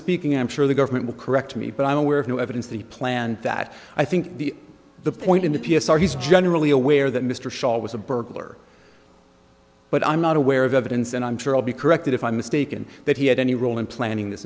misspeaking i'm sure the government will correct me but i'm aware of no evidence that he planned that i think the the point in the p s r he's generally aware that mr shaw was a burglar but i'm not aware of evidence and i'm sure i'll be corrected if i'm mistaken that he had any role in planning this